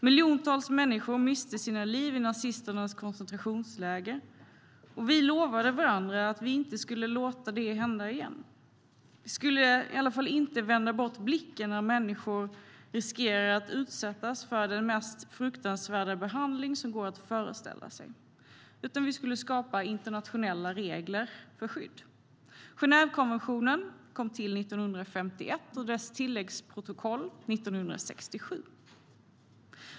Miljontals människor miste sina liv i nazisternas koncentrationsläger, och vi lovade varandra att vi inte skulle låta det hända igen. Vi skulle i alla fall inte vända bort blicken när människor riskerar att utsättas för den mest fruktansvärda behandling som går att föreställa sig, utan vi skulle skapa internationella regler för skydd. Genèvekonventionen kom till 1951 och dess tilläggsprotokoll 1967.